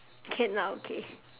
can ah okay